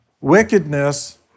wickedness